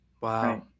Wow